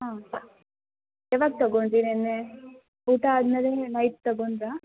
ಹಾಂ ಯಾವಾಗ ತಗೊಂಡಿರಿ ನೆನ್ನೆ ಊಟ ಆದಮೇಲೆನೆ ನೈಟ್ ತಗೊಂಡಿರಾ